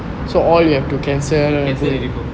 cancel and rebook